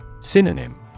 Synonym